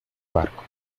barco